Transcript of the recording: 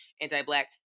anti-Black